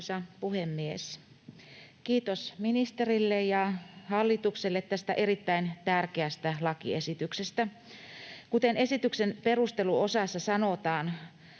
Kiitos ministerille ja hallitukselle tästä erittäin tärkeästä lakiesityksestä. Kuten esityksen perusteluosassa sanotaan,